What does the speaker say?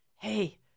hey